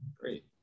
Great